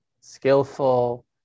skillful